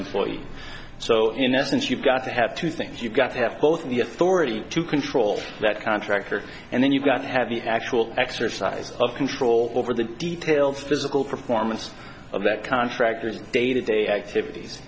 employee so in essence you've got to have two things you've got to have both the authority to control that contractor and then you've got to have the actual exercise of control over the details physical performance of that contractors day to day activities